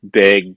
big